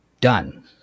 done